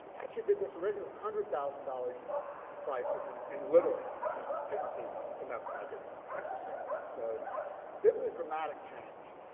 actually did this review with hundred thousand dollar prices and and literally yeah just didn't see enough to make it interesting. so this is a dramatic change.